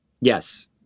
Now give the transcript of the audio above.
Yes